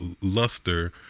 luster